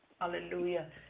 Hallelujah